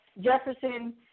Jefferson